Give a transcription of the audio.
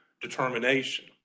determination